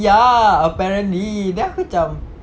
ya apparently then aku macam